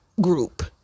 group